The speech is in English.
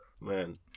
man